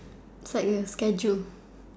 it's like a schedule